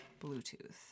bluetooth